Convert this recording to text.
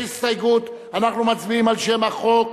הסתייגות אנחנו מצביעים על שם החוק.